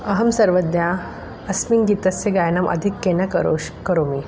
अहं सर्वदा अस्मिन् गीतस्य गायनम् आधिक्येन करोषि करोमि